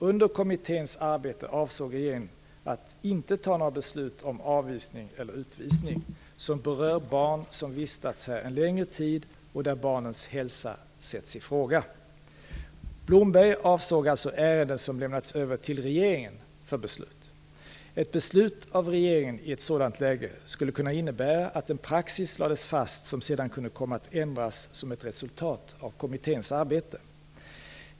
Under kommitténs arbete avsåg regeringen att inte fatta några beslut om avvisning eller utvisning som berör barn som vistats här en längre tid och där barnens hälsa sätts ifråga. Blomberg avsåg alltså ärenden som lämnats över till regeringen för beslut. Ett beslut av regeringen i ett sådant läge skulle kunna innebära att en praxis lades fast som sedan kunde komma att ändras som ett resultat av kommitténs arbete.